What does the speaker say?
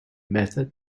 method